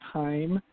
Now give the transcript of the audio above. time